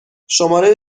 شماره